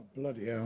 bloody hell!